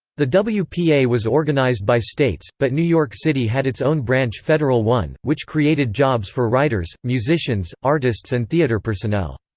the wpa yeah wpa was organized by states but new york city had its own branch federal one, which created jobs for writers, musicians, artists and theater personnel.